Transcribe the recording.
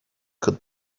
could